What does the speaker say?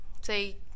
say